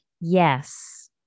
Yes